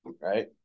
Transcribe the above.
right